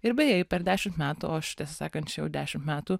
ir beje ji per dešimt metų o aš tiesą sakant čia jau čia dešimt metų